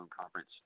conference